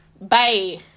Bye